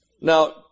Now